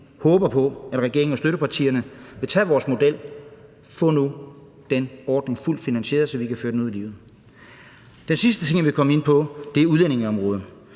vi håber på, at regeringen og støttepartierne vil tage vores model. Få nu den ordning fuldt finansieret, så vi kan føre den ud i livet. Den sidste ting, jeg vil komme ind på, er udlændingeområdet,